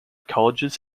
colleges